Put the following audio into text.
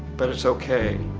but that's ok,